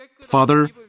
Father